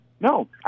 no